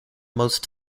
most